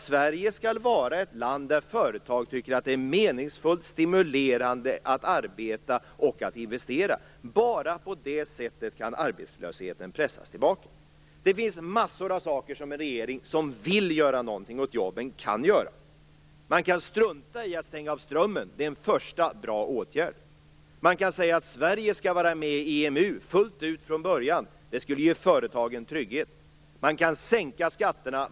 Sverige skall vara ett land där företag tycker att det är meningsfullt och stimulerande att arbeta och investera. Bara på det sättet kan arbetslösheten pressas tillbaka. Det finns massor av saker som en regering som vill göra någonting åt jobben kan göra. Man kan strunta i att stänga av strömmen. Det är en första bra åtgärd. Man kan säga att Sverige skall vara med i EMU fullt ut från början. Det skulle ge företagen trygghet. Man kan sänka skatterna.